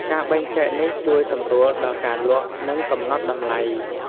ការបែងចែកនេះជួយសម្រួលដល់ការលក់ និងកំណត់តម្លៃ។